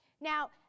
Now